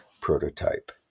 prototype